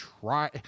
try